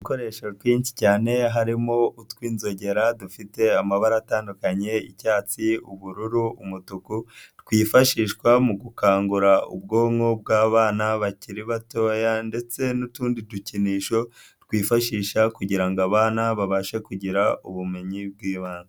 Ibikoresho byinshi cyane harimo utw'inzogera dufite amabara atandukanye, icyatsi, ubururu, umutuku, twifashishwa mu gukangura ubwonko bw'abana bakiri batoya ndetse n'utundi dukinisho twifashisha kugira ngo abana babashe kugira ubumenyi bw'ibangaze.